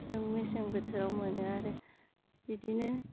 जों मेसें बोथोराव मोनो आरो बिदिनो